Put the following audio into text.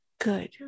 good